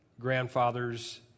grandfather's